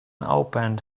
opened